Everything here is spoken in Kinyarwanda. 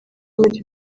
muri